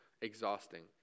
exhausting